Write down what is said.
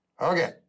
Okay